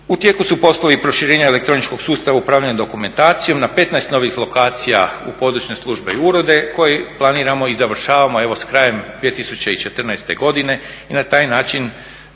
U tijeku su poslovi proširenja elektroničkog sustava upravljanja dokumentacijom na 15 novih lokacija u područne službe i urede koji planiramo i završavamo evo s krajem 2014. godine i na taj način